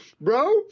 bro